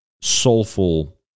soulful